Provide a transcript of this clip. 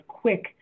quick